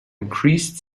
increased